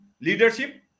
leadership